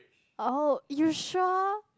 oh you sure